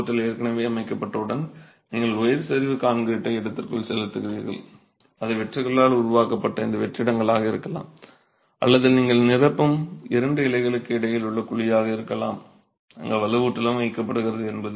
வலுவூட்டல் ஏற்கனவே அமைக்கப்பட்டவுடன் நீங்கள் உயர் சரிவு கான்கிரீட்டை இடத்திற்குள் செலுத்துகிறீர்கள் அது வெற்றுகளால் உருவாக்கப்பட்ட இந்த வெற்றிடங்களாக இருக்கலாம் அல்லது நீங்கள் நிரப்பும் இரண்டு இலைகளுக்கு இடையில் உள்ள குழியாக இருக்கலாம் அங்கு வலுவூட்டலும் வைக்கப்படுகிறது